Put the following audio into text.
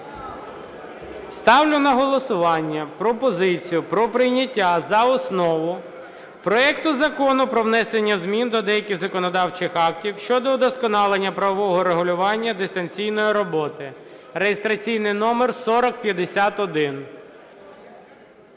Ставлю на голосування пропозицію про прийняття за основу проекту Закону про внесення змін до деяких законодавчих актів щодо удосконалення правового регулювання дистанційної роботи (реєстраційний номер 4051).